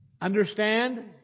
Understand